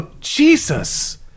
Jesus